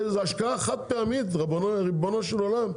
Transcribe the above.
זאת השקעה חד-פעמית, ריבונו של עולם.